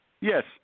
Yes